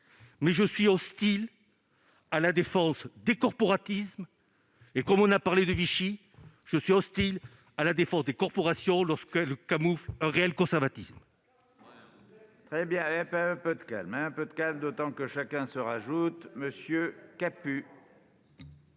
mais je suis hostile à la défense des corporatismes et, puisque vous évoquez Vichy, je suis hostile à la défense des corporations lorsqu'elles camouflent un réel conservatisme.